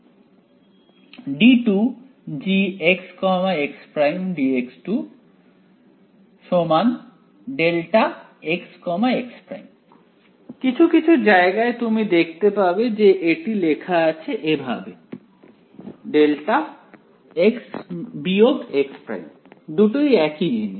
d2Gxx′ dx2 δx x′ কিছু কিছু জায়গায় তুমি দেখতে পাবে যে এটি লেখা আছে এভাবে δx x′ দুটোই একই জিনিস